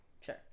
Sure